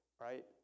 right